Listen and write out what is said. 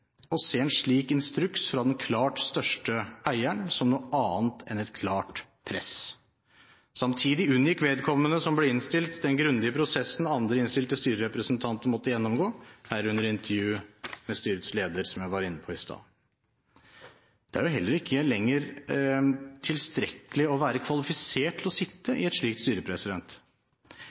å se en slik instruks fra den klart største eieren som noe annet enn et klart press. Samtidig unngikk vedkommende som ble innstilt, den grundige prosessen andre innstilte styrerepresentanter måtte gjennomgå, herunder intervju med styrets leder, som jeg var inne på i stad. Det er jo heller ikke lenger tilstrekkelig å være kvalifisert til å sitte i et slikt styre.